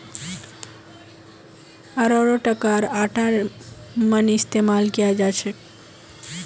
अरारोटका आटार मन इस्तमाल कियाल जाछेक